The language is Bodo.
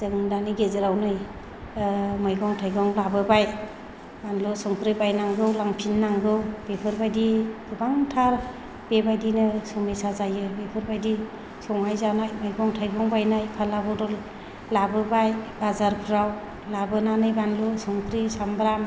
जों दानि गेजेराव नै मैगं थायगं लाबोबाय बानलु संख्रि बायनांगौ लांफिननांगौ बेफोरबायदि गोबांथार बेबायदिनो समयसा जायो बेफोरबायदि संनाय जानाय मैगं थायगं बायनाय फाला बदल लाबोबाय बाजारफोराव लाबोनानै बानलु संख्रि साम्ब्राम